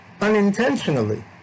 unintentionally